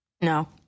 No